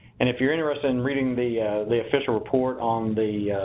and if you're interested in reading the the official report on the